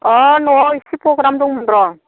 अह नवाव एसे प्रग्राम दंमोन र'